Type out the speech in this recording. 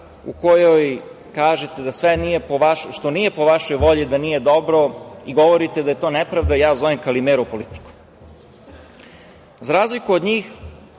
u kojoj kažete da sve što nije po vašoj volji, da nije dobro i govorite da je to nepravda ja zovem „kalimero“ politikom.Za razliku od njih,